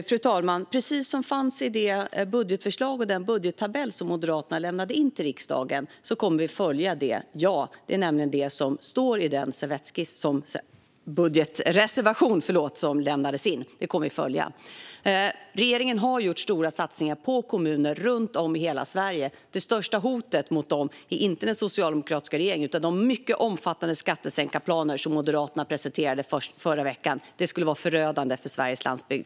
Fru talman! Ja, vi kommer att följa förslaget i den budgetmotion och den budgettabell som Moderaterna lämnade in till riksdagen. Det är nämligen detta som står i den servettskiss - förlåt, budgetreservation - som lämnades in. Vi kommer att följa detta. Regeringen har gjort stora satsningar på kommuner runt om i hela Sverige. Det största hotet mot dem är inte den socialdemokratiska regeringen utan de mycket omfattande skattesänkarplaner som Moderaterna presenterade förra veckan. De skulle vara förödande för Sveriges landsbygd.